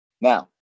Now